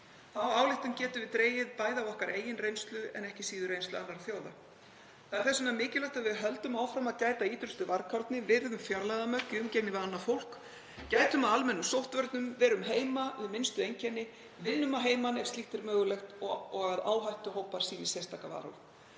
Þá ályktun getum við dregið bæði af okkar eigin reynslu en ekki síður reynslu annarra þjóða. Það er þess vegna mikilvægt að við höldum áfram að gæta ýtrustu varkárni. Virðum fjarlægðarmörk í umgengni við annað fólk, gætum að almennum sóttvörnum, verum heima við minnstu einkenni, vinnum að heiman ef slíkt er mögulegt og áhættuhópar sýni sérstaka varúð.